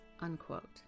unquote